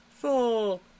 four